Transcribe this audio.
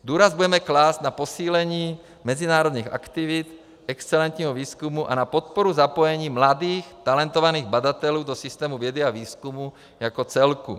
Důraz budeme klást na posílení mezinárodních aktivit, excelentního výzkumu a na podporu zapojení mladých talentovaných badatelů do systému vědy a výzkumu jako celku.